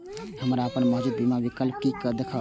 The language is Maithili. हम अपन मौजूद बीमा विकल्प के केना देखब?